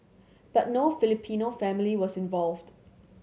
but no Filipino family was involved